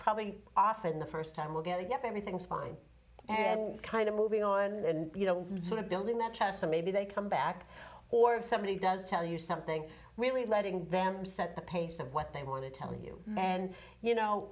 probably often the first time we'll get a yes everything's fine and kind of moving on you know sort of building that chest or maybe they come back or if somebody does tell you something really letting them set the pace of what they want to tell you and you know